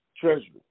Treasury